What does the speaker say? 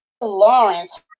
Lawrence